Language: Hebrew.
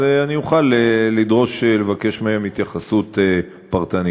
אז אני אוכל לדרוש לבקש מהם התייחסות פרטנית.